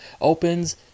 opens